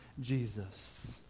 Jesus